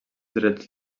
drets